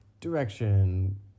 direction